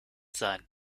sein